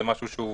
זה משהו שהוא